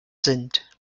sind